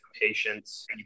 patience